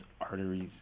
arteries